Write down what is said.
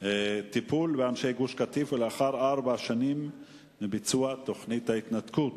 טיפול באנשי גוש-קטיף ארבע שנים לאחר ההתנתקות.